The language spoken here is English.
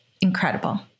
incredible